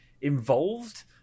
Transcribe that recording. involved